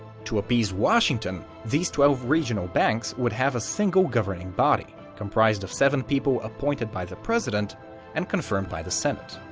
to appease washington, these twelve regional banks would have a single governing body, comprised of seven people appointed by the president and confirmed by the senate.